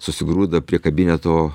susigrūda prie kabineto